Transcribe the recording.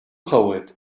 poet